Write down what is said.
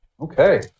Okay